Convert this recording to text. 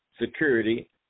security